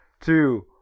two